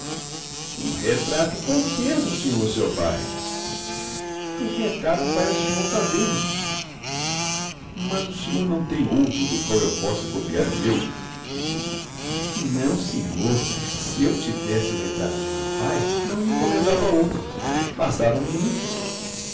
um retrato qualquer do senhor seu pai o retrato vai o senhor fazer mo mas o senhor não tem outro do qual eu possa copiar o meu não senhor se eu tivesse o retrato de meu pai não lhe encomendava outro bastava-me um